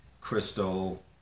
Crystal